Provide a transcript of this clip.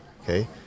okay